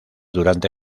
durante